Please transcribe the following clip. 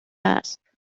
است